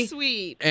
sweet